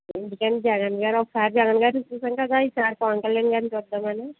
అందుకని జగన్ గారిని ఒకసారి జగన్ గారిని చూసాను కదా ఈసారి పవన్ కళ్యాణ్ గారిని చూద్దాం అని